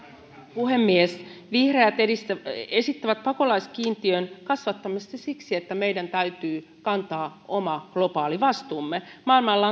puhemies vihreät esittävät pakolaiskiintiön kasvattamista siksi että meidän täytyy kantaa oma globaali vastuumme maailmalla